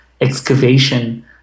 excavation